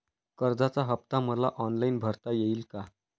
कर्जाचा हफ्ता मला ऑनलाईन भरता येईल का?